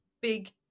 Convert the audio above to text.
big